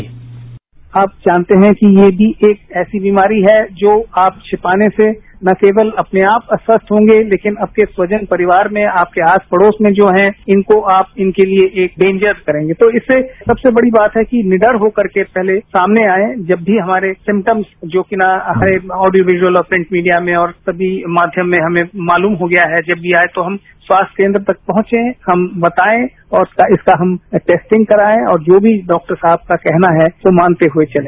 sound bite आप जानते है कि ये भी एक ऐसी बीमारी है जो आप छिपाने से न केवल अपने आप अस्वस्थ होंगे लेकिन आपके स्वजन परिवार में आपके आस पड़ोस में जो हैं इनको आप इनके लिए एक डेन्जर्स करेंगे तो इससे सबसे बड़ी बात है कि निडर होकर के सामने आए जब भी हमारे सिमटम्स जो कि ऑडियो विज़अल प्रिंट मीडिया में और समी माध्यम में हमें मालूम हो गया है कि जब ये आये तो हम स्वास्थ्य केन्द्र तक पहुंचे हम बताए और इसका हम टैस्टिंग कराए और जो भी डॉक्टर साहब का कहना है वो मानते हुए चले